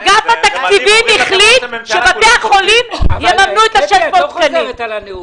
אגף התקציבים החליט שבתי החולים יממנו את 600 התקנים.